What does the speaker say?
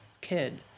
kid